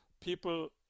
people